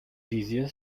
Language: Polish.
wizje